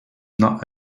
not